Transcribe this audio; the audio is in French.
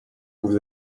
vous